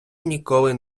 ніколи